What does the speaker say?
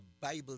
Bible